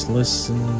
listen